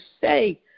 say